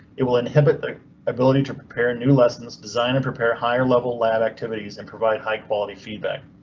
it will inhibit their ability to prepare a new lessons designer prepare higher level lab activities and provide high quality feedback.